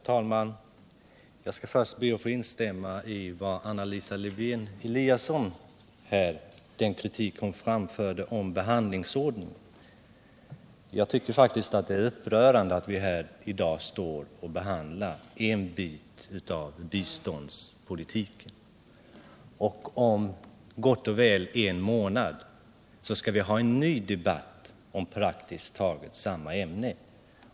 Herr talman! Först skall jag be att få instämma i den kritik av behandlingsordningen för ärendena som Anna Lisa Lewén-Eliasson framförde. Jag tycker faktiskt att det är upprörande att vi i dag behandlar en bit av biståndspolitiken och att vi om gott och väl en månad skall ha en ny debatt om praktiskt taget samma ämne.